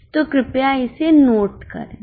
तो कृपया इसे नोट करें